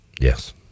Yes